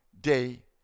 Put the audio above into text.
day